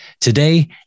Today